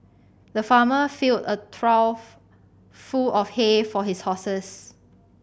the farmer filled a trough of full of hay for his horses